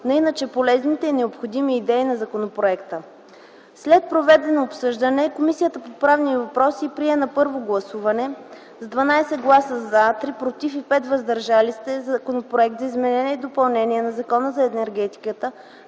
на иначе полезните и необходими идеи на законопроекта. След проведеното обсъждане Комисията по правни въпроси прие на първо гласуване: - с 12 гласа “за”, 3 „против” и 5 „въздържали се” Законопроект за изменение и допълнение на Закона за енергетиката